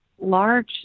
large